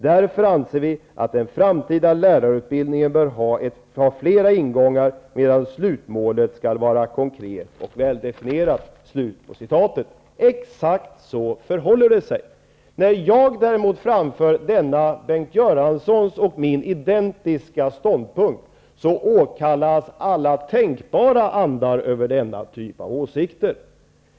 Därför anser vi att den framtida lärarutbildningen bör ha ett flertal ingångar medan slutmålet skall vara konkret och väldefinierat.'' Exakt så förhåller det sig. När jag framför denna Bengt Göranssons och min identiska ståndpunkt, åkallas alla tänkbara andar över denna typ av åsikt.